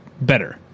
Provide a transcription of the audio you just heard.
better